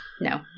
No